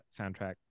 soundtrack